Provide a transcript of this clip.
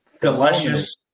delicious